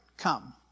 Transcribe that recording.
come